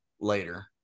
later